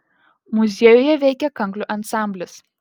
muziejuje veikia kanklių ansamblis